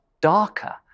darker